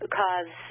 cause